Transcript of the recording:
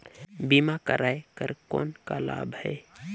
बीमा कराय कर कौन का लाभ है?